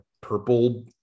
purple